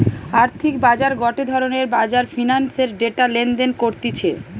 আর্থিক বাজার গটে ধরণের বাজার ফিন্যান্সের ডেটা লেনদেন করতিছে